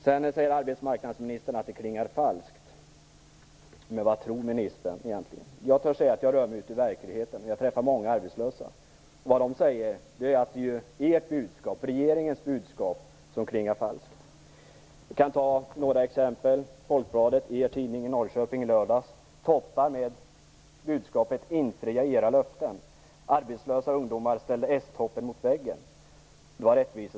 Sedan talar arbetsmarknadsministern om att det klingar falskt. Men vad tror ministern egentligen? Jag törs säga att jag rör mig ute i verkligheten och träffar många arbetslösa. Vad de säger är att det är regeringens budskap som klingar falskt. Jag kan ta några exempel. Er tidning Folkbladet toppade i lördags med budskapet: Infria era löften! Arbetslösa ungdomar ställer s-toppen mot väggen.